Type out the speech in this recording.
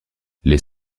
les